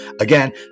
Again